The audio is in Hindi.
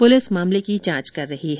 पुलिस मामले की जांच कर रही है